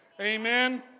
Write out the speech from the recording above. Amen